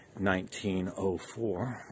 1904